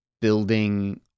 building